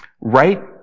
right